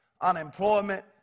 unemployment